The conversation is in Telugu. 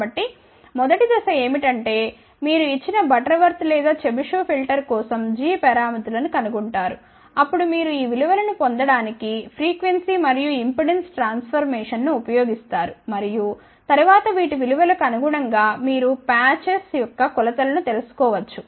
కాబట్టి మొదటి దశ ఏమిటంటే మీరు ఇచ్చిన బటర్వర్త్ లేదా చెబిషెవ్ ఫిల్టర్ కోసం g పారామితులను కనుగొంటారు అప్పుడు మీరు ఈ విలువలను పొందడానికి ఫ్రీక్వెన్సీ మరియు ఇంపెడెన్స్ ట్రాన్ఫర్మేషన్ ను ఉపయోగిస్తారు మరియు తర్వాత వీటి విలువలకు అనుగుణంగా మీరు పాచెస్ యొక్క కొలతలు తెలుసుకోవచ్చు